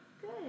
Good